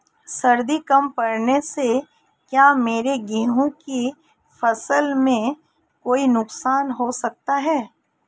सर्दी कम पड़ने से क्या मेरे गेहूँ की फसल में कोई नुकसान हो सकता है?